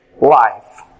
Life